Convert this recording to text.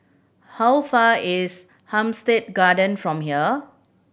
how far is Hampstead Garden from here